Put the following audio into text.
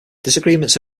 disagreements